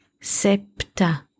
Septa